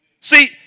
See